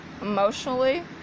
emotionally